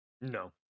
No